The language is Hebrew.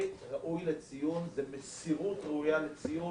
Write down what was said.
זה ראוי לציון, זו מסירות ראויה לציון.